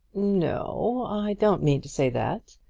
no i don't mean to say that.